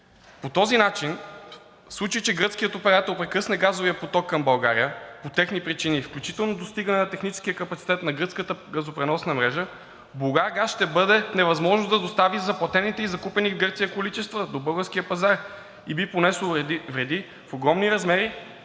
По този начин, в случай че гръцкият оператор прекъсне газовия поток към България по техни причини, включително достигане на техническия капацитет на гръцката газопреносна мрежа, „Булгаргаз“ ще бъде в невъзможност да достави заплатените и закупени в Гърция количества до българския пазар и би понесъл вреди в огромни размери